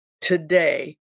today